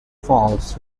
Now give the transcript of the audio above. falls